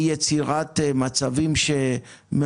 איך קורה